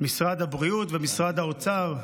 משרד הבריאות ומשרד האוצר,